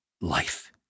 life